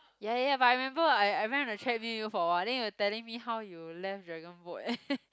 ya ya ya but I remember I I ran on the thread mill with you for awhile then you were telling me how you left dragon boat